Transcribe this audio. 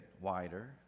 wider